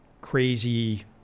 crazy